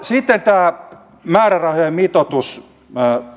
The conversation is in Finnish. sitten tämä määrärahojen mitoitus